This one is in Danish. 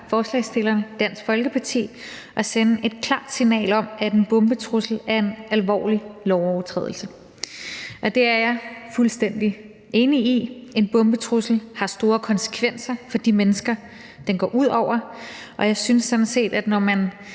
forslagsstillerne, Dansk Folkeparti, at sende et klart signal om, at en bombetrussel er en alvorlig lovovertrædelse. Det er jeg fuldstændig enig i. En bombetrussel har store konsekvenser for de mennesker, den går ud over, og jeg synes sådan set, at når man